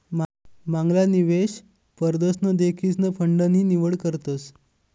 मांगला निवेश परदशन देखीसन फंड नी निवड करतस